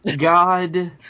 God